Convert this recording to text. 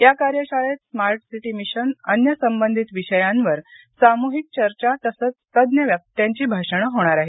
या कार्यशाळेत smart city mission अन्य संबंधित विषयांवर सामुहिक चर्चा तसंच तज्ज्ञ वक्त्यांची भाषणं होणार आहेत